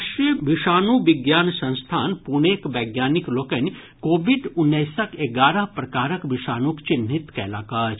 राष्ट्रीय विषाणु विज्ञान संस्थान पुणेक वैज्ञानिक लोकनि कोविड उन्नैसक एगारह प्रकारक विषाणुक चिन्हित कयलक अछि